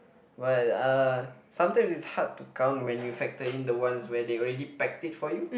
what uh sometimes it's hard to count when you factor in the ones where they already packed it for you